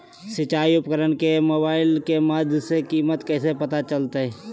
सिंचाई उपकरण के मोबाइल के माध्यम से कीमत कैसे पता चलतय?